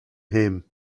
him